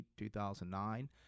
2009